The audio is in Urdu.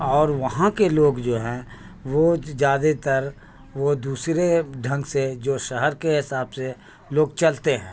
اور وہاں کے لوگ جو ہیں وہ زیادہ تر وہ دوسرے ڈھنگ سے جو شہر کے حساب سے لوگ چلتے ہیں